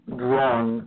drawn